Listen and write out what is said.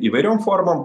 įvairiom formom